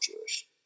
Jewish